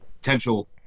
potential